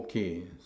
okay